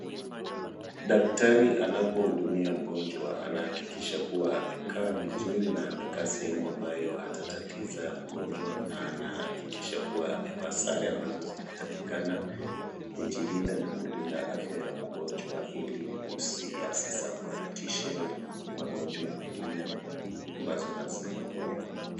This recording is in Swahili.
Daktari anapohudumia mgonjwa anahakikisha kuwa amekaa vizuri na amekaa sehemu ambayo hata tatiza mgonjwa na anahakikisha kuwa amevaa sare ambazo zinatakikana, kujilinda na kulinda afya ya mgonjwa ili asisambaratishe magonjwa mengine ambazo hazijakuwa.